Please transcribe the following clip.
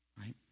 right